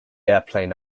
airplane